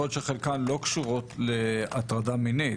יכול להיות שחלקן לא קשורות להטרדה מינית,